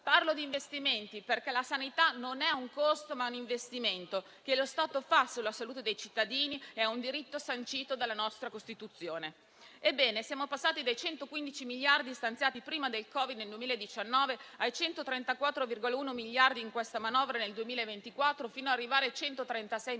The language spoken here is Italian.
Parlo di investimenti perché la sanità non è un costo, ma un investimento che lo Stato fa sulla salute dei cittadini e un diritto sancito dalla nostra Costituzione. Ebbene, siamo passati dai 115 miliardi stanziati prima del Covid nel 2019 ai 134,1 miliardi in questa manovra nel 2024, fino ad arrivare a 136 miliardi